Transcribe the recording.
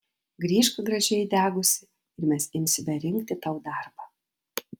grįžk gražiai įdegusi ir mes imsime rinkti tau darbą